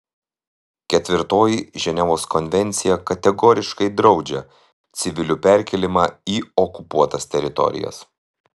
ketvirtoji ženevos konvencija kategoriškai draudžia civilių perkėlimą į okupuotas teritorijas